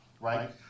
right